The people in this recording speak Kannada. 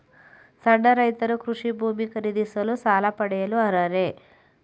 ಸಣ್ಣ ರೈತರು ಕೃಷಿ ಭೂಮಿ ಖರೀದಿಸಲು ಸಾಲ ಪಡೆಯಲು ಅರ್ಹರೇ?